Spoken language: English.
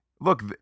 look